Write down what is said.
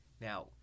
Now